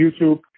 YouTube